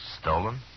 Stolen